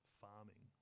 farming